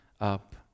up